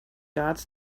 guards